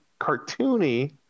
cartoony